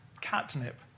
catnip